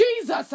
Jesus